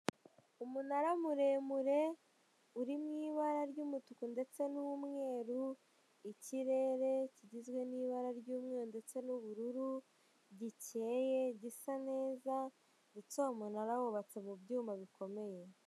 Umunara muremure, uri mu ibara ry'umutuku ndetse n'umweru, ikirere kigizwe n'ibara ry'umweru ndetse n'ubururu, gikeye, gisa neza, ndetse uwo munara wubatse mu byuma bikomeye.